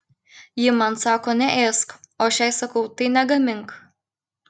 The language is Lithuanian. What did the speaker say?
ji man sako neėsk o aš jai sakau tai negamink